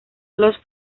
los